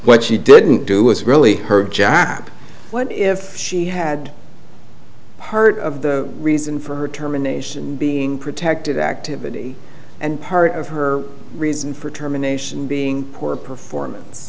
what she didn't do was really her job what if she had part of the reason for her terminations being protected activity and part of her reason for terminations being poor performance